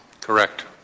Correct